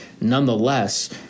nonetheless